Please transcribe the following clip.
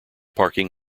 parking